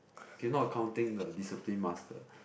okay no accounting the discipline master